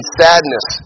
sadness